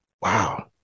Wow